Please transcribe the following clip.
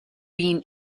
been